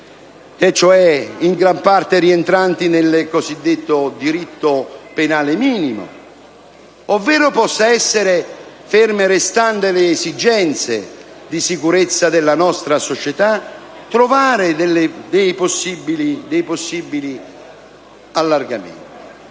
e cioè in gran parte rientranti nel cosiddetto diritto penale minimo, ovvero possa, ferme restando le esigenze di sicurezza della nostra società, trovare dei possibili allargamenti.